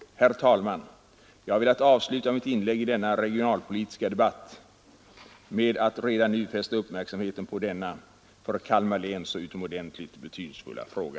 Herr talman! Jag har velat avsluta mitt inlägg i denna regionalpolitiska debatt med att redan nu fästa uppmärksamheten på denna för Kalmar län så utomordentligt betydelsefulla fråga.